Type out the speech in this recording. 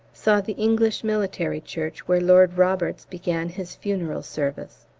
saw the english military church where lord roberts began his funeral service.